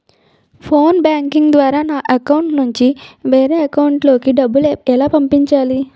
Phone banking ద్వారా నా account నుంచి వేరే అకౌంట్ లోకి డబ్బులు ఎలా పంపించాలి?